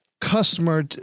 customer